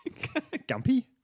Gumpy